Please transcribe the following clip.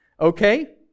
Okay